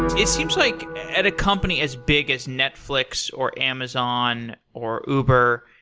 it seems like at a company as big as netflix, or amazon, or uber,